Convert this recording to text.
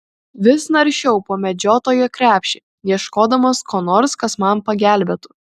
vis naršiau po medžiotojo krepšį ieškodamas ko nors kas man pagelbėtų